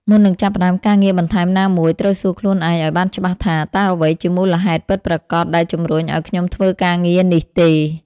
មុននឹងចាប់ផ្តើមការងារបន្ថែមណាមួយ ត្រូវសួរខ្លួនឯងឱ្យបានច្បាស់ថា តើអ្វីជាមូលហេតុពិតប្រាកដដែលជំរុញឱ្យខ្ញុំធ្វើការងារនេះទេ។